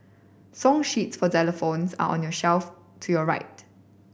song sheets for xylophones are on your shelf to your right